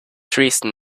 treason